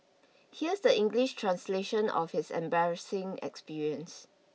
here is the English translation of his embarrassing experience